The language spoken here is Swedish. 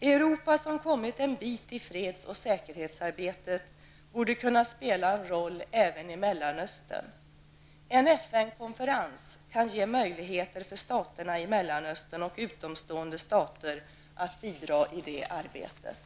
Europa, som kommit en bit i freds och säkerhetsarbetet, borde kunna spela en roll även i Mellanöstern. En FN-konferens kan ge möjligheter för staterna i Mellanöstern och utomstående stater att bidra i det arbetet.